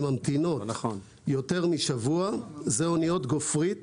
-- שממתינות יותר משבוע זה אניות גופרית